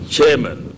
Chairman